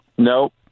No